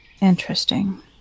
interesting